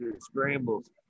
Scrambles